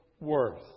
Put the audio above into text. worth